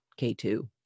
K2